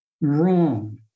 Wrong